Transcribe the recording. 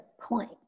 point